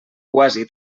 quasi